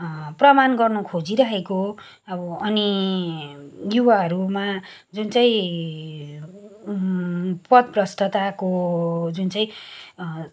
प्रमाण गर्न खोजिरहेको अब अनि युवाहरूमा जुन चाहिँ पथभ्रष्टताको जुन चाहिँ